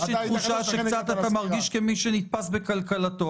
יש לי תחושה שקצת אתה מרגיש כמי שנתפס בקלקלתו.